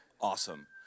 Awesome